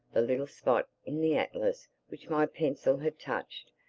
the little spot in the atlas which my pencil had touched,